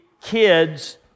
kids